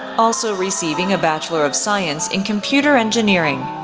also receiving a bachelor of science in computer engineering,